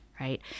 right